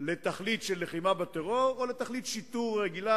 לתכלית של לחימה בטרור או לתכלית שיטור רגילה.